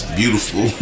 beautiful